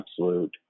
absolute